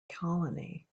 colony